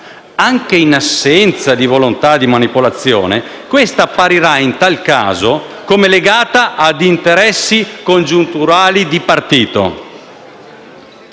Anche in assenza di volontà di manipolazione, questa apparirà in tal caso come legata ad interessi congiunturali di partito».